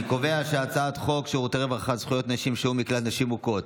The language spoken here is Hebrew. אני קובע שהצעת חוק שירותי רווחה (זכויות נשים ששהו במקלט לנשים מוכות)